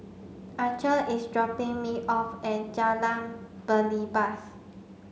Archer is dropping me off at Jalan Belibas